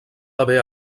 haver